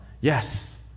yes